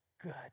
good